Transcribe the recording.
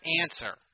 answer